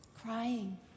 crying